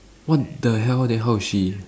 what the hell then how is she